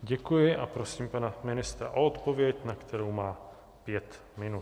Děkuji a prosím pana ministra o odpověď, na kterou má pět minut.